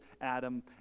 Adam